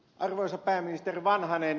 arvoisa pääministeri vanhanen